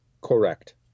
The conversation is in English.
Correct